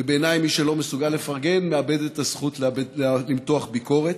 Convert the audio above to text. ובעיניי מי שלא מסוגל לפרגן מאבד את הזכות למתוח ביקורת.